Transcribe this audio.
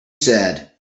said